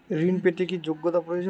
ঋণ পেতে কি যোগ্যতা প্রয়োজন?